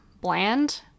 bland